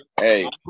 Hey